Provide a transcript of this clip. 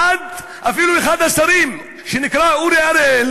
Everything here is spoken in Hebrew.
עד שאפילו אחד השרים שנקרא אורי אריאל